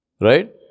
Right